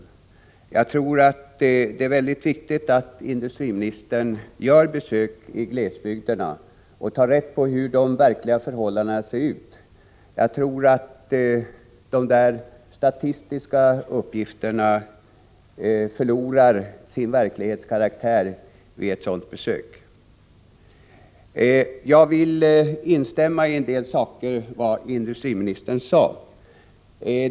Jag tror att det är mycket viktigt att industriministern gör besök i glesbygderna och tar reda på hur de verkliga förhållandena ser ut. Jag tror att de där statistiska uppgifterna förlorar sin verklighetskaraktär vid ett sådant besök. Jag vill instämma i en del av vad industriministern sade.